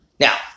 Now